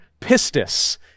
pistis